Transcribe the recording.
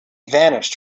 vanished